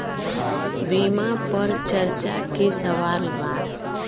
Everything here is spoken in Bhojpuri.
बीमा पर चर्चा के सवाल बा?